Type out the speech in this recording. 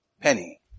penny